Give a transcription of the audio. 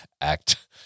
act